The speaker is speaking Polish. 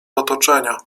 otoczenia